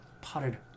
potted